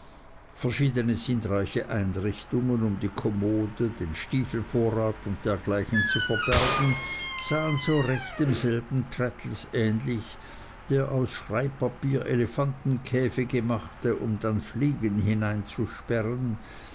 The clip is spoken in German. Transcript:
verschiedne sinnreiche einrichtungen um die kommode den stiefelvorrat und dergleichen zu verbergen sah so recht demselben traddles ähnlich der aus schreibpapier elefantenkäfige machte um dann fliegen